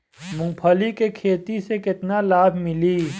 मूँगफली के खेती से केतना लाभ मिली?